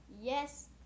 yes